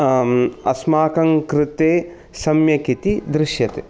अस्माकं कृते सम्यक् इति दृश्यते